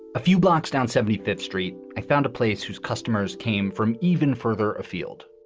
a few blocks down seventy fifth street, i found a place whose customers came from even further afield